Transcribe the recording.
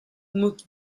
moved